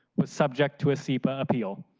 was subject to a sepa appeal,